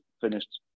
finished